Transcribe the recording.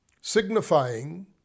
signifying